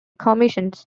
commissions